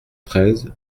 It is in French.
treize